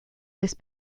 this